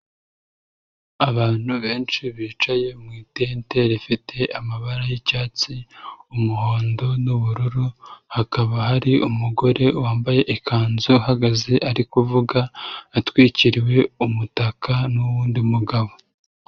Abantu benshi bicaye mu itente rifite amabara y'icyatsi, umuhondo n'ubururu, hakaba hari umugore wambaye ikanzu, uhagaze ari kuvuga atwikiriwe umutaka n'uwundi mugabo.